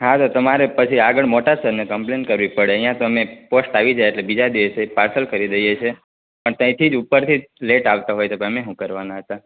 હા તો તમારે પછી આગળ મોટા સરને કૅમ્પલેન કરવી પડે અહિયાં તમે પોસ્ટ આવી જાય એટલે બીજા દિવસે પાર્સલ કરી દઈએ છે પણ ત્યાંથી જ ઉપરથી લેટ આવતા હોય છે તો અમે શું કરવાના હતા